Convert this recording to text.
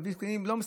להביא זקנים,